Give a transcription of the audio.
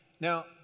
Now